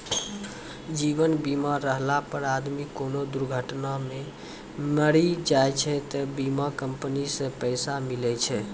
जीवन बीमा रहला पर आदमी कोनो दुर्घटना मे मरी जाय छै त बीमा कम्पनी से पैसा मिले छै